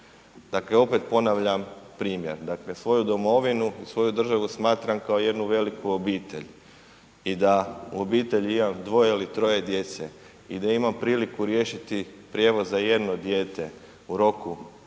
Dakle, opet ponavljam primjer, dakle svoju domovinu, svoju državu smatram kao jednu veliku obitelj i da u obitelji imam dvoje ili troje djece i da imam priliku riješiti prijevoz za jedno dijete u roku